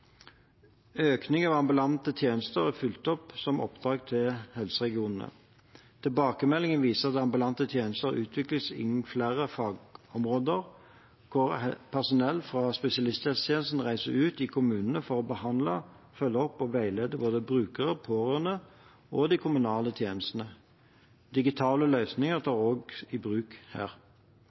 Økning av ambulante tjenester er fulgt opp som oppdrag til helseregionene. Tilbakemeldingene viser at ambulante tjenester utvikles innen flere fagområder hvor personell fra spesialisthelsetjenesten reiser ut i kommunene for å behandle, følge opp og veilede både brukere, pårørende og de kommunale tjenestene. Digitale løsninger tas også i bruk her.